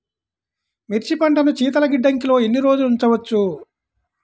మిర్చి పంటను శీతల గిడ్డంగిలో ఎన్ని రోజులు ఉంచవచ్చు?